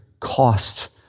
cost